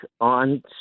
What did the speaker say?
on